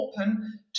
open